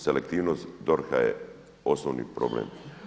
Selektivnost DORH-a je osnovni problem.